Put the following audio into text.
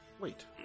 Wait